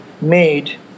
made